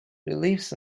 reliefs